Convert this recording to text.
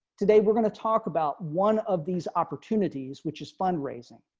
today we're going to talk about one of these opportunities which is fundraising,